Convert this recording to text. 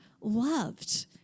loved